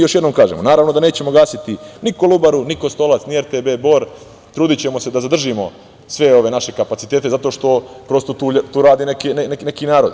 Još jednom kažemo, naravno da nećemo gasiti ni Kolubaru, ni Kostolac, ni RTB Bor, trudićemo se da zadržimo sve ove naše kapacitete zato što tu radi neki narod.